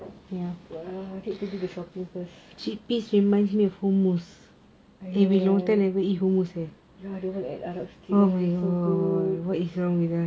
yes but need to go shopping first I know right the one at arab street right